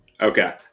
Okay